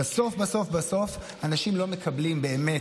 בסוף בסוף אנשים לא מקבלים באמת.